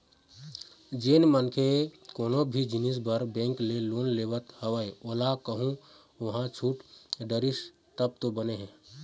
जेन मनखे कोनो भी जिनिस बर बेंक ले लोन लेवत हवय ओला कहूँ ओहा छूट डरिस तब तो बने हे